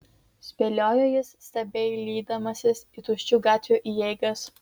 spėliojo jis stebeilydamasis į tuščių gatvių įeigas